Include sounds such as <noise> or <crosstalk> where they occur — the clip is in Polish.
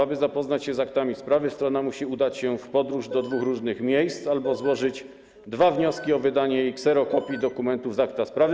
Aby zapoznać się z aktami sprawy, strona musi udać się w podróż <noise> do dwóch różnych miejsc albo złożyć dwa wnioski o wydanie jej kserokopii dokumentów z akt sprawy.